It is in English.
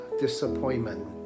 disappointment